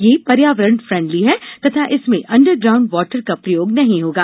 यह पर्यावरण फ्रेंडली है तथा इसमें अंडरग्राउंड वॉटर का प्रयोग नहीं होगा